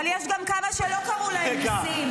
אבל יש גם כמה שלא קרו להם ניסים.